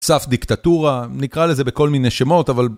סף דיקטטורה, נקרא לזה בכל מיני שמות, אבל...